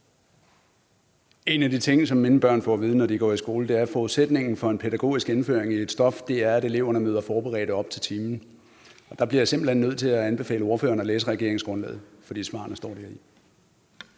En af de ting, som mine børn får at vide, når de går i skole, er, at forudsætningen for en pædagogisk indføring i et stof er, at eleverne møder forberedt op til timen. Der bliver jeg simpelt hen nødt til at anbefale ordføreren at læse regeringsgrundlaget, for svarene står der.